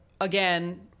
again